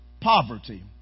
poverty